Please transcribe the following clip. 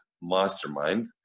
Mastermind